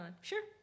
Sure